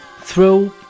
throw